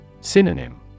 Synonym